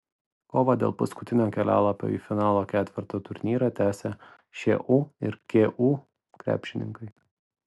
kovą dėl paskutinio kelialapio į finalo ketverto turnyrą tęsia šu ir ku krepšininkai